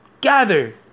Gather